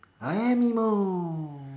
I am emo